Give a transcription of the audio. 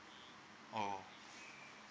oh